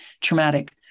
traumatic